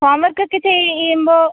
home work ഒക്കെ ചെയ്യുമ്പോൾ